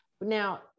Now